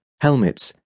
helmets